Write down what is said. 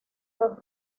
los